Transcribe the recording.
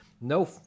No